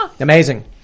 Amazing